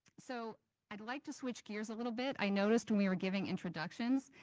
so i'd like to switch gears a little bit. i noticed when we were giving introductions,